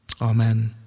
Amen